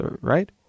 right